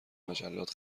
مجلات